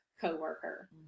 coworker